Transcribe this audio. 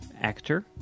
actor